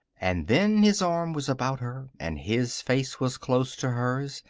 and then his arm was about her and his face was close to hers,